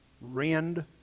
rend